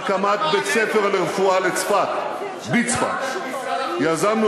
בהקמת בית-ספר לרפואה בצפת, יזמנו